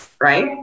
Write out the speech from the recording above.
right